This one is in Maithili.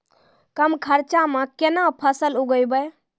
कम खर्चा म केना फसल उगैबै?